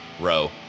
row